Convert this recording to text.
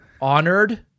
honored